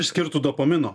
išskirtų dopamino